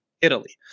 Italy